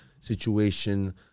situation